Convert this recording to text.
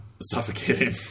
suffocating